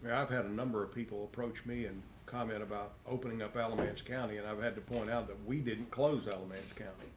i've had a number of people approached me and comment about opening up alamance county and i've had to point out that we didn't close alamance county,